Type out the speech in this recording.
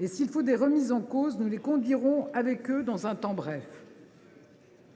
et s’il faut des remises en cause, nous les conduirons avec eux dans un temps bref.